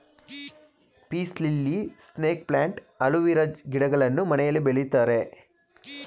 piece lily, snake plant, aloe vera ಗಿಡಗಳನ್ನು ಮನೆಯಲ್ಲಿ ಬೆಳಿತಾರೆ